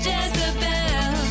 Jezebel